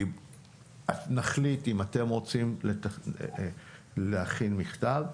נחליט אם אתם רוצים להכין מכתב,